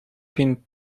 been